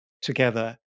together